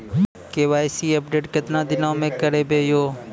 KYC update केतना दिन मे करेबे यो?